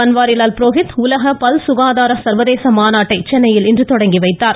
பன்வாரிலால் புரோஹித் உலக பல் சுகாதாரம் சர்வதேச மாநாட்டை சென்னையில் இன்று துவக்கி வைத்தார்